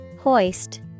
Hoist